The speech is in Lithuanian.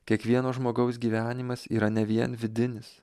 kiekvieno žmogaus gyvenimas yra ne vien vidinis